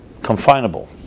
confinable